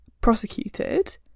prosecuted